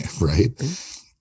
Right